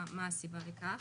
מה הסיבה לכך.